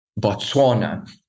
Botswana